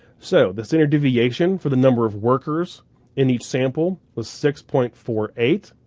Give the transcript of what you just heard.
so the standard deviation for the number of workers in each sample was six point four eight.